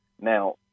Now